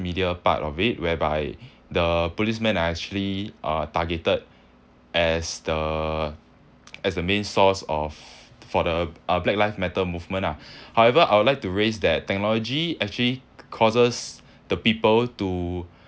media part of it whereby the policemen are actually uh targeted as the as the main source of for the uh black live matter movement lah however I would like to raise that technology ca~ causes the people to